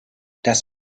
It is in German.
das